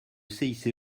cice